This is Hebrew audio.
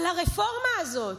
על הרפורמה הזאת.